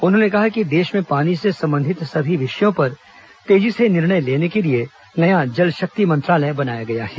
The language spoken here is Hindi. उन्होंने कहा कि देश में पानी से संबंधित सभी विषयों पर तेजी से निर्णय लेने के लिए नया जल शक्ति मंत्रालय बनाया गया है